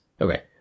Okay